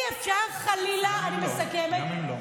אי-אפשר חלילה, אני מסכמת, גם אם לא.